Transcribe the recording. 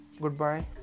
goodbye